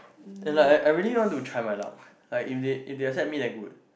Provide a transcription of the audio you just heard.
and like I I really want to try my luck like if they if they accept me then good